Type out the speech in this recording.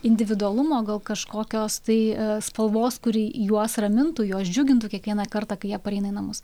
individualumo gal kažkokios tai spalvos kuri juos ramintų juos džiugintų kiekvieną kartą kai jie pareina į namus